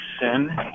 sin